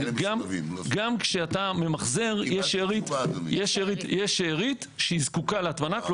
גם כשאתה ממחזר יש שארית שהיא זקוקה להטמנה.